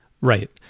Right